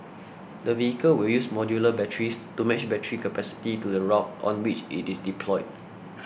the vehicle will use modular batteries to match battery capacity to the route on which it is deployed